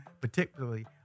particularly